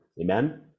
amen